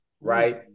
right